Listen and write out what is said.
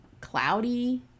cloudy